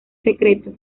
secreto